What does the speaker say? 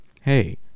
Hey